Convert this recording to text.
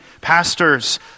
Pastors